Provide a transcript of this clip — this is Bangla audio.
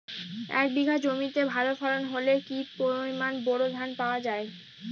এক বিঘা জমিতে ভালো ফলন হলে কি পরিমাণ বোরো ধান পাওয়া যায়?